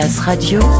radio